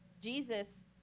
Jesus